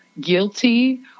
guilty